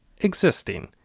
existing